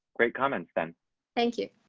great comments, then thank you.